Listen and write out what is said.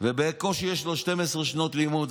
ובקושי יש לו 12 שנות לימוד,